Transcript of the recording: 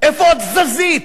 איפה התזזית?